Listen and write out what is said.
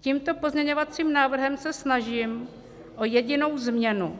Tímto pozměňovacím návrhem se snažím o jedinou změnu,